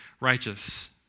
righteous